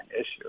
issue